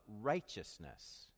righteousness